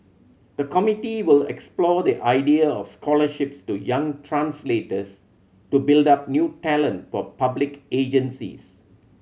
the committee will explore the idea of scholarships to young translators to build up new talent for public agencies